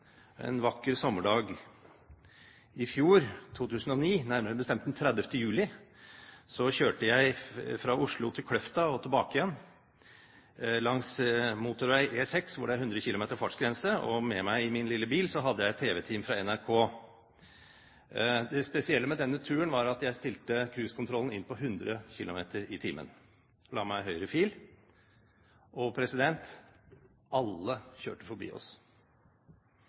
En vakker sommerdag i fjor, 2009, nærmere bestemt den 30. juli, kjørte jeg fra Oslo til Kløfta og tilbake igjen langs motorvei E6, hvor fartsgrensen er 100 km/t, og med meg i min lille bil hadde jeg et tv-team fra NRK. Det spesielle med denne turen var at jeg stilte cruisekontrollen inn på 100 km/t, la meg i høyre fil, og alle kjørte forbi oss